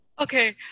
Okay